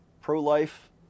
pro-life